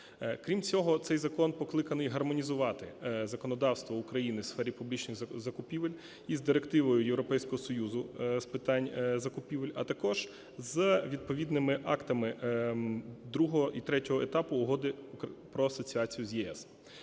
Крім цього, цей закон покликаний гармонізувати законодавство України у сфері закупівель із директивою Європейського Союзу з питань закупівель, а також з відповідними актами другого і третього етапу Угоди про асоціацію з ЄС.